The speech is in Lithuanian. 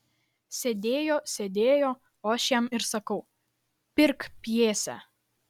sėdėjo sėdėjo o aš jam ir sakau pirk pjesę